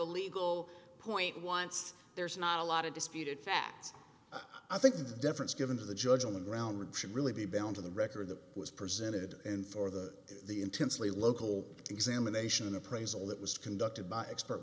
a legal point once there's not a lot of disputed facts i think there's a difference given to the judge on the ground should really be bound to the record that was presented in for the the intensely local examination an appraisal that was conducted by expert